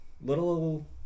little